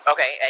Okay